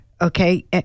Okay